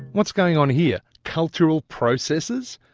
what's going on here? cultural processes?